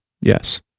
yes